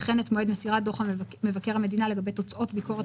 וכן את מועד מסירת דוח מבקר המדינה לגבי תוצאות ביקורת